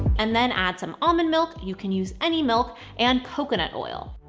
and then add some almond milk. you can use any milk and coconut oil.